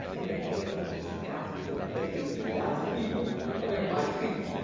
and the theater holds two thousand people. they think two thousand people are gonna buy seats.